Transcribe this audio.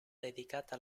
dedicata